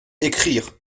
écrire